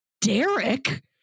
derek